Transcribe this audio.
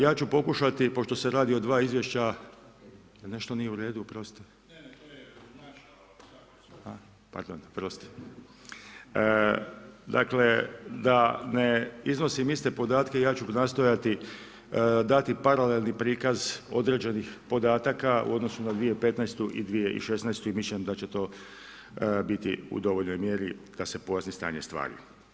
Ja ću pokušati pošto se radi o dva izvješća da ne iznosim iste podatke, ja ću nastojati dati paralelni prikaz određenih podataka u odnosu na 2015. i 2016. i mislim da će to biti u dovoljnoj mjeri da se pojasni stanje stvari.